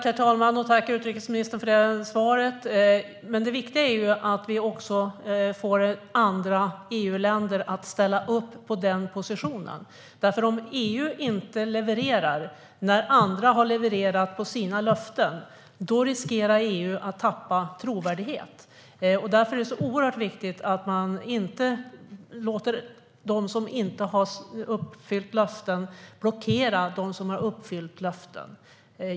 Herr talman! Tack, utrikesministern, för det svaret! Det viktiga är ju att vi också får andra EU-länder att ställa upp på den positionen, för om EU inte levererar när andra har levererat på sina löften riskerar EU att tappa trovärdighet. Därför är det så oerhört viktigt att man inte låter dem som inte har uppfyllt löften blockera dem som har uppfyllt sina löften.